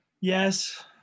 Yes